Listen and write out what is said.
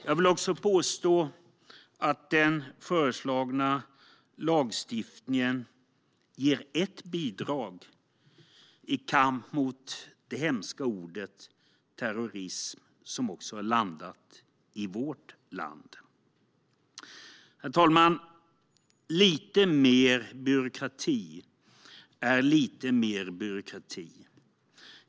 Jag vill också påstå att den föreslagna lagstiftningen ger ett bidrag i kampen mot den hemska terrorism som också har landat i vårt land. Herr talman! Lite mer byråkrati är lite mer byråkrati.